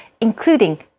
including